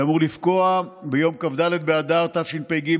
שאמור לפקוע ביום כ"ד באדר התשפ"ג,